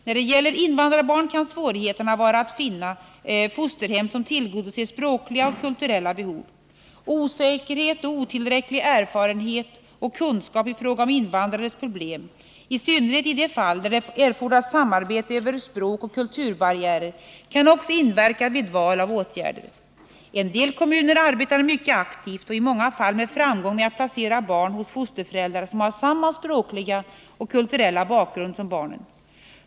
När det gäller invandrarbarn kan svårigheterna vara att finna fosterhem som tillgodoser språkliga och kulturella behov. Osäkerhet och otillräcklig erfarenhet och kunskap i fråga om invandrares problem, i synnerhet i de fall där det erfordras samarbete över språkoch kulturbarriärer, kan också inverka vid val av åtgärder. En del kommuner arbetar mycket aktivt och i många fall med framgång med att placera barn hos fosterföräldrar som har samma språkliga och kulturella bakgrund som barnen.